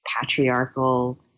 patriarchal